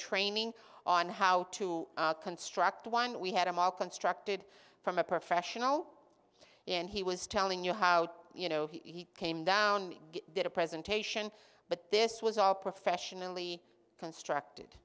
training on how to construct one we had them all constructed from a professional and he was telling you how you know he came down did a presentation but this was all professionally constructed